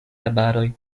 arbaroj